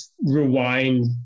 rewind